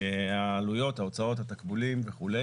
העלויות, ההוצאות, התקבולים וכו'.